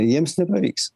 jiems nepavyks